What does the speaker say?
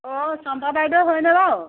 অঁ চম্পা বাইদেউ হয়নে বাৰু